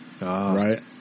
Right